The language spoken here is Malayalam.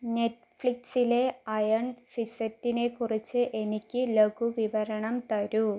നെറ്റ്ഫ്ലിക്സിലെ അയൺ ഫിസറ്റിനെ കുറിച്ച് എനിക്ക് ലഘുവിവരണം തരൂ